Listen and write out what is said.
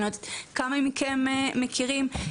אני לא יודעת כמה מכם מכירים את המחלקה הזו,